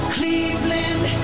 Cleveland